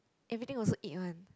everything also eat one